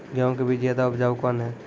गेहूँ के बीज ज्यादा उपजाऊ कौन है?